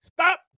Stop